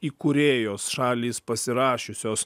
įkūrėjos šalys pasirašiusios